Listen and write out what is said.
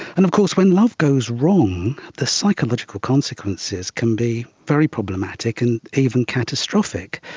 and of course when love goes wrong, the psychological consequences can be very problematic and even catastrophic.